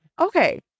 okay